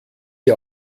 die